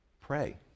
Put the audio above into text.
Pray